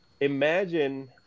Imagine